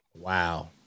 Wow